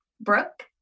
Brooke